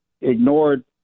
ignored